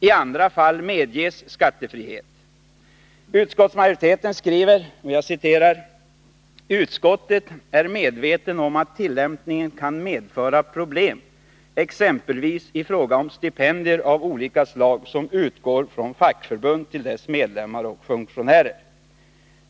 I andra fall medges skattefrihet. ”Utskottet är medvetet om att tillämpningen kan medföra problem exempelvis i fråga om sådana stipendier av olika slag som utgår från fackförbunden till deras medlemmar och funktionärer.